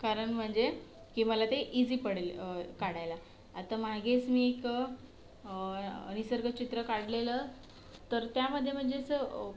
कारण म्हणजे की मला ते इजी पडेल काढायला आता मागेच मी एक निसर्ग चित्र काढलेलं तर त्यामध्ये म्हणजे असं